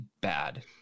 bad